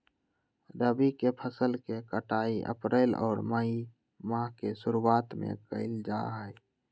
रबी के फसल के कटाई अप्रैल और मई माह के शुरुआत में कइल जा हई